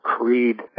creed